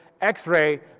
X-Ray